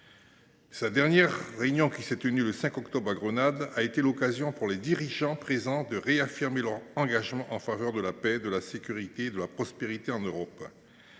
Sa dernière réunion, qui s’est tenue le 5 octobre à Grenade, a été l’occasion pour les dirigeants présents de réaffirmer leur engagement en faveur de la paix, de la sécurité et de la prospérité en Europe.